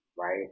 right